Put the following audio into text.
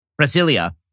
Brasilia